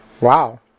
Wow